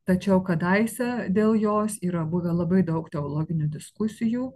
tačiau kadaise dėl jos yra buvę labai daug teologinių diskusijų